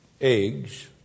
eggs